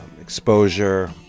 exposure